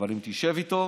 אבל תשב איתו,